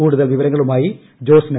കൂടുതൽ വിവരങ്ങളുമായി ജോസ്ന